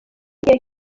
igihe